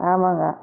ஆமாங்க